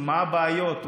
מה הבעיות,